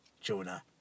Jonah